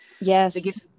yes